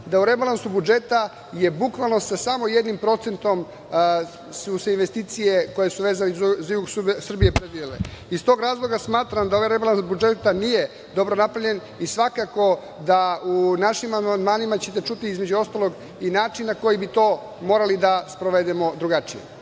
da u rebalansu budžeta bukvalno sa samo 1% su investicije koje su vezane za jug Srbije pre bile. Iz tog razloga smatram da ovaj rebalans budžeta nije dobro napravljen i svakako da u našim amandmanima ćete čuti, između ostalog, i način na koji bi to morali da sprovedemo drugačije. Hvala